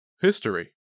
History